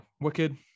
wicked